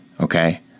Okay